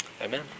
Amen